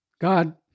God